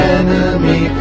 enemy